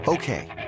Okay